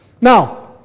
Now